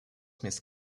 miss